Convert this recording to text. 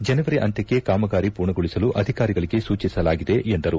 ಜನವರಿ ಅಂತ್ಯಕ್ಕೆ ಕಾಮಗಾರಿ ಪೂರ್ಣಗೊಳಿಸಲು ಅಧಿಕಾರಿಗಳಿಗೆ ಸೂಚಿಸಲಾಗಿದೆ ಎಂದರು